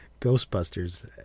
Ghostbusters